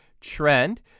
trend